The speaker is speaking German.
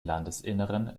landesinneren